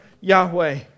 Yahweh